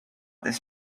this